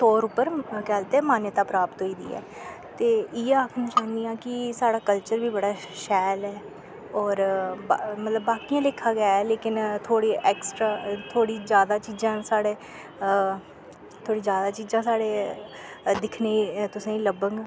तौर उप्पर केह् आखदे मान्यता प्राप्त होई दी ऐ ते इयै आक्खना चाह्नियां आं कि साढ़े कल्चर बी बड़ा शैल ऐ और मतलव बाकियें लेक्खा गै लेकिन थोह्ड़ी ऐक्सट्रा थोह्ड़ी जादा चीजां न साढ़ै थोह्ड़ी जादा चीजां साढ़े दिखने तुसें लब्भगन